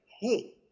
Hey